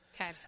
Okay